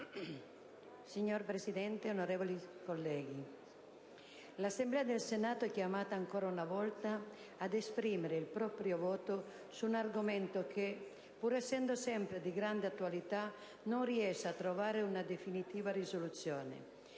Signor Presidente, onorevoli colleghi, l'Assemblea del Senato è chiamata ancora una volta ad esprimere il proprio voto su un argomento che, pur essendo sempre di grande attualità, non riesce a trovare una definitiva risoluzione.